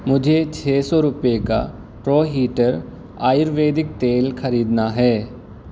مجھے چھ سو روپے کا ٹرو ہیٹر آیرویدک تیل خریدنا ہے